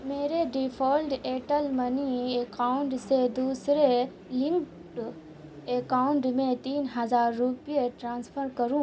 میرے default Airtel money account سے دوسرے لنکڈ اکاؤنڈ میں تین ہزار روپے ٹرانسفر کروں